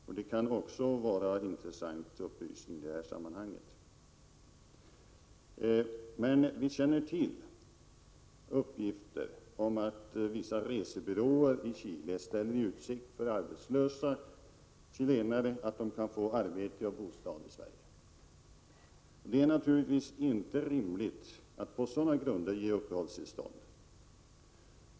Även detta kan vara en intressant upplysning i sammanhanget. Men vi har uppgifter om att vissa resebyråer i Chile ställer i utsikt att arbetslösa chilenare kan få arbete och bostad i Sverige. Det är naturligtvis inte rimligt att på sådana grunder ge uppehållstillstånd.